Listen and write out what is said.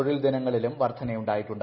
തൊഴിൽ ദിനങ്ങളിലും വർധനയുണ്ടായിട്ടുണ്ട്